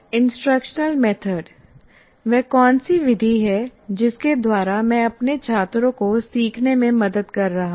instruction method वह कौन सी विधि है जिसके द्वारा मैं अपने छात्रों को सीखने में मदद कर रहा हूं